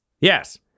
Yes